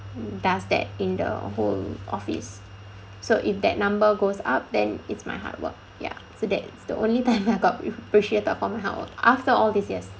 does that in the whole office so if that number goes up then it's my hard work ya so that is the only time I got appreciated from my hardwork after all these years